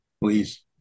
please